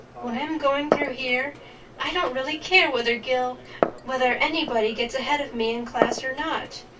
when i'm going through here i don't really care whether gil whether anybody gets ahead of me in class or not.